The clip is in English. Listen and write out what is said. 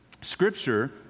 scripture